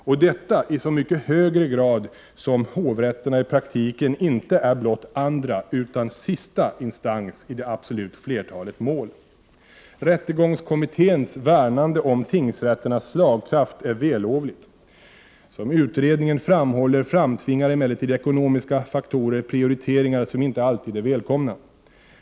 Och detta i så mycket högre grad som hovrätterna i praktiken inte är blott andra utan sista instans i det absoluta flertalet mål. Rättegångskommitténs värnande om tingsrätternas slagkraft är vällovligt. Som utredningen framhåller framtvingar emellertid ekonomiska faktorer prioriteringar som inte alltid är välkomna.